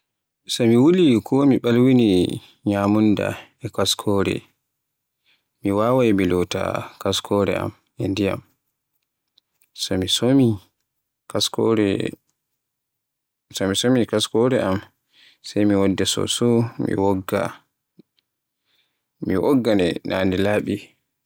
So mi wuli ko mi ɓalwini nyamunda e kaskore, mi waawai mi loota kaskore am e ndiyam, so mi somi kaskore am, so mi somi kaskore nden sai mi wadda soso mi wogga na nde laaɓi sanne.